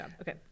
Okay